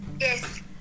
yes